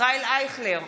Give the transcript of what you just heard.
ישראל אייכלר,